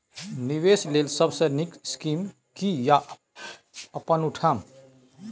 निवेश लेल सबसे नींक स्कीम की या अपन उठैम?